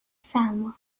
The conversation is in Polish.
samo